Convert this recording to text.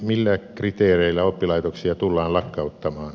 millä kriteereillä oppilaitoksia tullaan lakkauttamaan